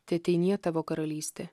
teateinie tavo karalystė